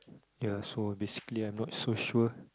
ya so basically I'm not so sure